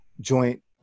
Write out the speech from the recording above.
joint